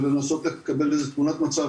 ולנסות ולקבל איזה תמונת מצב,